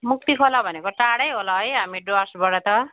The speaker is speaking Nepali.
मक्ति खोला भनेको टाढै होला है हामी डुवर्सबाट त